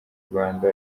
rwanda